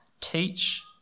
Teach